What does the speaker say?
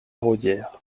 raudière